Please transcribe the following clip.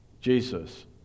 Jesus